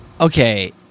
Okay